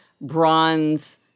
bronze